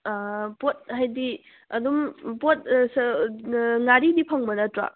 ꯄꯣꯠ ꯍꯥꯏꯗꯤ ꯑꯗꯨꯝ ꯄꯣꯠ ꯉꯥꯔꯤꯗꯤ ꯐꯪꯕ ꯅꯠꯇ꯭ꯔꯣ